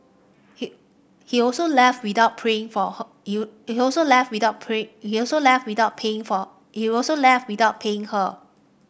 he he also left without playing for her you he also left without play he also left without paying for he also left without paying her